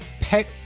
pet